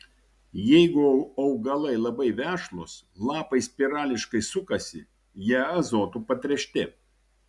jeigu augalai labai vešlūs lapai spirališkai sukasi jie azotu patręšti